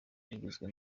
rigizwe